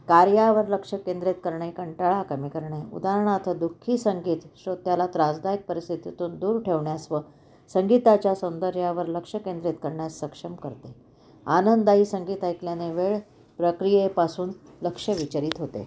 कार्यावर लक्ष केंद्रित करणे कंटाळा कमी करणे उदाहरणार्थ दुःखी संगीत श्रोत्याला त्रासदायक परिस्थितीतून दूर ठेवण्यास व संगीताच्या सौंदर्यावर लक्ष केंद्रित करण्यास सक्षम करते आनंददायी संगीत ऐकल्याने वेळ प्रक्रियेपासून लक्ष विचलित होते